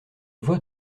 voies